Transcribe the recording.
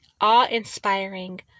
awe-inspiring